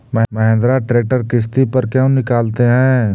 Mahindra tractor किसति पर क्यों निकालते हैं?